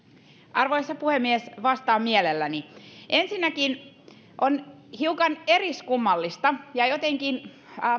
arvoisa puhemies vastaan mielelläni ensinnäkin on hiukan eriskummallista ja jotenkin